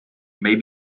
may